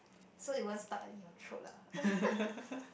so it won't stuck in your throat lah